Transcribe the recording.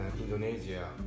Indonesia